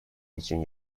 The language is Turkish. için